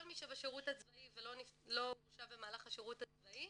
כל מי שבשירות הצבאי ולא הורשע במהלך השירות הצבאי,